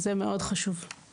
זה מאוד חשוב.